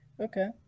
Okay